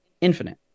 Infinite